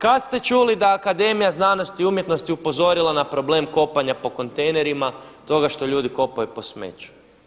Kada ste čuli da je Akademija znanosti i umjetnosti upozorila na problem kopanja po kontejnerima, toga što ljudi kopaju po smeću?